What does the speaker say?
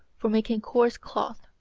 for making coarse cloth.